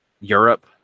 Europe